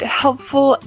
helpful